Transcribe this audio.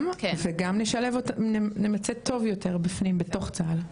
גם וגם לשלב אותם, נמצא טוב יותר בפנים בתוך צה"ל.